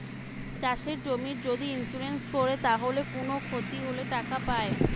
চাষের জমির যদি ইন্সুরেন্স কোরে তাইলে কুনো ক্ষতি হলে টাকা পায়